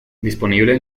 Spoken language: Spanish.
disponible